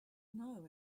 know